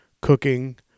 cooking